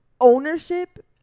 ownership